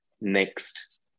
next